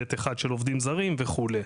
ב.1 של עובדים זרים וכולי.